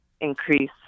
increase